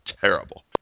terrible